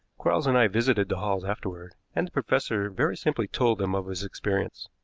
quarles and i visited the halls afterward, and the professor very simply told them of his experience,